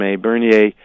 bernier